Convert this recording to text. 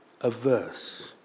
averse